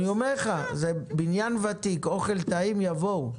אני אומר לך בניין ותיק, אוכל טעים יבואו.